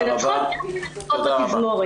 מנצחות כמו בתזמורת.